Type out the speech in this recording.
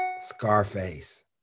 Scarface